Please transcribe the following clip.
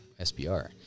SBR